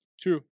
True